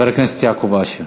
חבר הכנסת יעקב אשר.